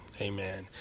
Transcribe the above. Amen